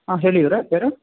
ಹಾಂ ಹೇಳಿ ಇವರೇ ಯಾರು